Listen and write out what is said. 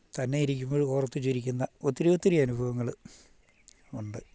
തന്നെ ഇരിക്കുമ്പോൾ ഓർത്തു ചിരിക്കുന്ന ഒത്തിരി ഒത്തിരി അനുഭവങ്ങള് ഉണ്ട്